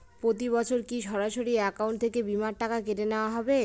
প্রতি বছর কি সরাসরি অ্যাকাউন্ট থেকে বীমার টাকা কেটে নেওয়া হবে?